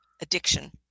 addiction